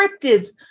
cryptids